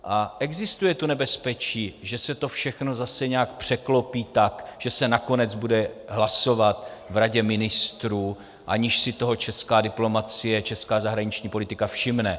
A existuje tu nebezpečí, že se to všechno zase nějak překlopí tak, že se nakonec bude hlasovat v Radě ministrů, aniž si toho česká diplomacie, česká zahraniční politika všimne.